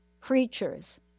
creatures